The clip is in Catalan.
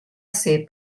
ser